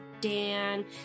Dan